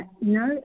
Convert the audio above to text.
No